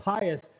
pious